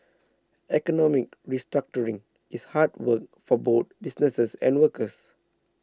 economic restructuring is hard work for both businesses and workers